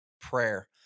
prayer